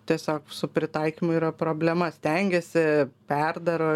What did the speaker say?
tiesiog su pritaikymu yra problema stengiasi perdaro